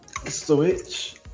Switch